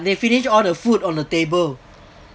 they finished all the food on the table